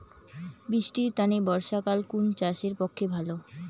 বৃষ্টির তানে বর্ষাকাল কুন চাষের পক্ষে ভালো?